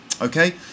Okay